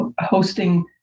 hosting